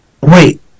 wait